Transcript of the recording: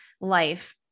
life